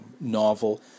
novel